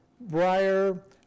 briar